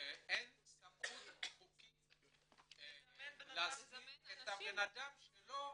סמכות חוקית להזמין את הבנאדם שלא